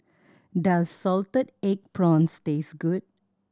does salted egg prawns taste good